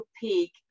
Peak